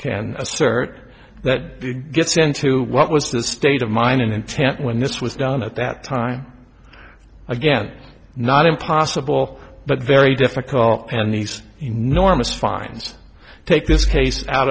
an assert that gets into what was the state of mind in intent when this was done at that time again not impossible but very difficult and these enormous fines take this case out